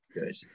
good